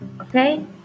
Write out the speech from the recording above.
Okay